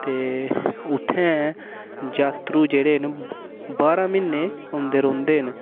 ते उत्थैंं जात्तरू जेह्ड़े न बारां म्हीने औंदे रौंह्दे न